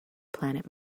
planet